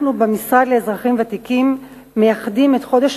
אנחנו במשרד לאזרחים ותיקים מייחדים את חודש